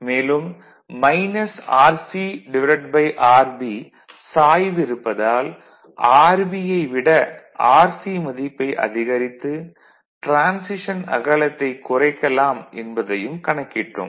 மேலும் -RCRB சாய்வு இருப்பதால் RB ஐ விட RC மதிப்பை அதிகரித்து டிரான்சிஷன் அகலத்தை குறைக்கலாம் என்பதையும் கணக்கிட்டோம்